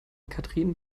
katrin